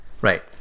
Right